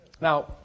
Now